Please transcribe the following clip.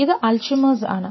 ഇത് അൽഷിമേഴ്സ് ആണ്